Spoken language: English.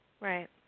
Right